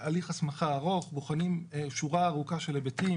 הליך הסמכה ארוך, בוחנים שורה ארוכה של היבטים